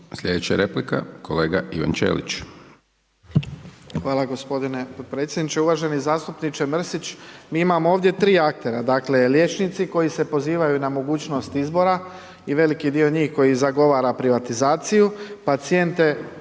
Sljedeća replika kolega Ivan Ćelić.